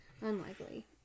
unlikely